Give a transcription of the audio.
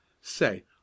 Say